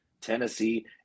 Tennessee